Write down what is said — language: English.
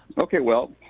okay. well,